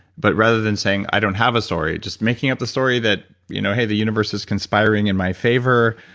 but rather than saying, i don't have a story, just making up the story that you know hey, the universe is conspiring in my favor.